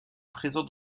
présente